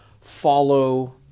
follow